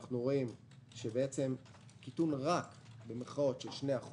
אנחנו רואים קיטון רק של 2%,